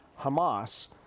Hamas